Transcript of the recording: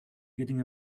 getting